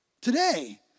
today